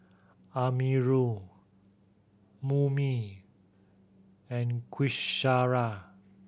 Amirul Murni and Qaisara